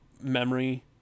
memory